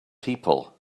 people